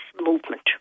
movement